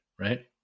right